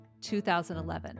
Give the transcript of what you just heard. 2011